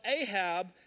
Ahab